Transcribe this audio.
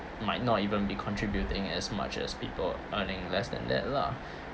might not even be contributing as much as people earning less than that lah